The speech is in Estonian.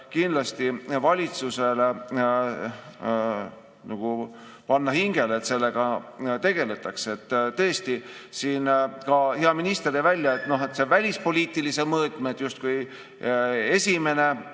kindlasti valitsusele panna hingele, et sellega tegeldaks. Tõesti, siin ka hea minister tõi välja välispoliitilise mõõtme – see on justkui esimene